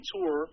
Tour